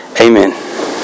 Amen